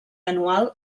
anual